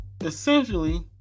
essentially